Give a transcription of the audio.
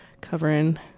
covering